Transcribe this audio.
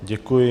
Děkuji.